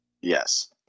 Yes